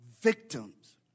victims